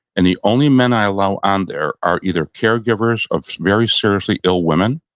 and the only men i allow on there are either caregivers of very seriously ill women,